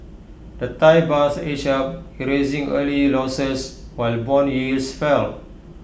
the Thai bahts edged up erasing early losses while Bond yields fell